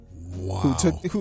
Wow